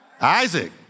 Isaac